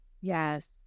Yes